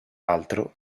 altro